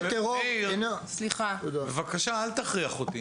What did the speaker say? מאיר, בבקשה, אל תכריח אותי.